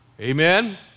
Amen